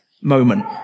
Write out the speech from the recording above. moment